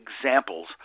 examples